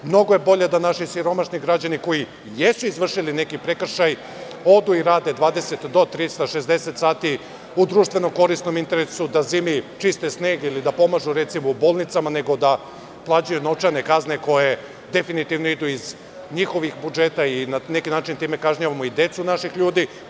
Mnogo je bolje da naši siromašni građani, koji jesu izvršili neki prekršaj, odu i rade 20 do 360 sati u društveno-korisnom interesu, da zimi čiste sneg ili da pomažu, recimo, u bolnicama, nego da plaćaju novčane kazne koje definitivno idu iz njihovih budžeta i na neki način time kažnjavamo i decu naših ljudi.